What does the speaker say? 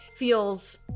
feels